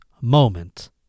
moment